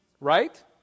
right